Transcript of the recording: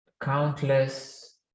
Countless